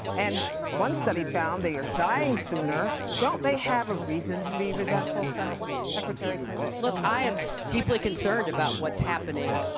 and one study found they are dying sooner, don't they have a reason to be resentful, senator secretary clinton? clinton look, i am deeply concerned about what's happening